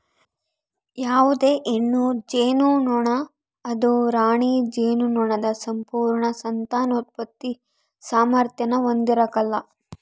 ಯಾವುದೇ ಹೆಣ್ಣು ಜೇನುನೊಣ ಅದು ರಾಣಿ ಜೇನುನೊಣದ ಸಂಪೂರ್ಣ ಸಂತಾನೋತ್ಪತ್ತಿ ಸಾಮಾರ್ಥ್ಯಾನ ಹೊಂದಿರಕಲ್ಲ